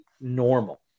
normal